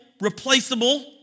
replaceable